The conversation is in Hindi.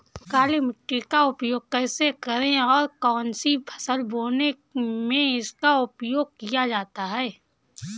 काली मिट्टी का उपयोग कैसे करें और कौन सी फसल बोने में इसका उपयोग किया जाता है?